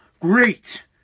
great